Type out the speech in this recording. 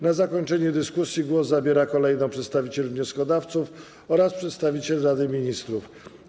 Na zakończenie dyskusji głos zabierają kolejno przedstawiciel wnioskodawców oraz przedstawiciel Rady Ministrów.